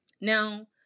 Now